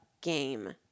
game